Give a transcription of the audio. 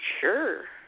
sure